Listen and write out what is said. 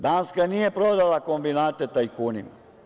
Danska nije prodala kombinate tajkunima.